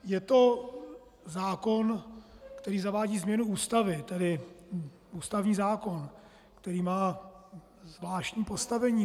Je to zákon, který zavádí změnu Ústavy, tedy ústavní zákon, který má zvláštní postavení.